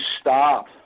stop